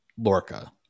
Lorca